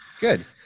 good